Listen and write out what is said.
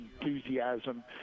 enthusiasm